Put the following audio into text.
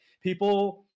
people